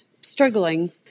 struggling